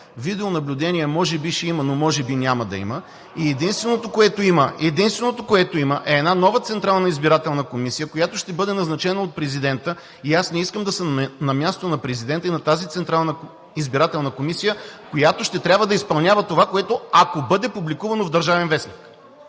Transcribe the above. Видеонаблюдение може би ще има, но може би няма да има. Единственото, което има, е една нова Централна избирателна комисия, която ще бъде назначена от президента, и аз не искам да съм на мястото на президента и на тази Централна избирателна комисия, която ще трябва да изпълнява това, което, ако бъде публикувано в „Държавен вестник“.